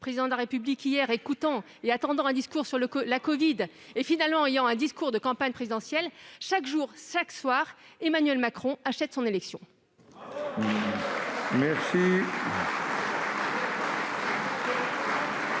Président de la République hier. Alors que nous attendions un discours sur la covid, nous avons finalement assisté à un discours de campagne présidentielle. Chaque jour, chaque soir, Emmanuel Macron achète son élection